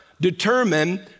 determine